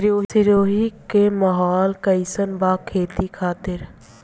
सिरोही के माहौल कईसन बा खेती खातिर?